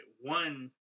one